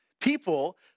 people